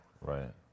Right